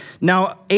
now